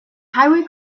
highway